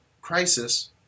crisis